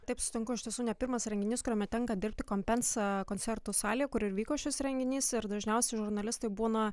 taip sutinku iš tiesų ne pirmas renginys kuriame tenka dirbti compensa koncertų salėj kur ir vyko šis renginys ir dažniausiai žurnalistai būna